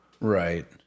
right